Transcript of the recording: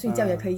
ah